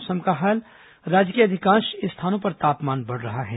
मौसम राज्य के अधिकांश स्थानों पर तापमान बढ़ रहा है